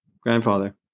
grandfather